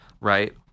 right